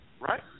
right